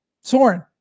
Soren